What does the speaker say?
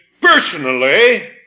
personally